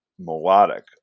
melodic